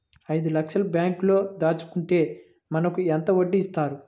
ఐదు లక్షల బ్యాంక్లో దాచుకుంటే మనకు ఎంత వడ్డీ ఇస్తారు?